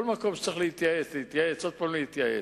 כל מקום שצריך להתייעץ, להתייעץ, עוד פעם להתייעץ,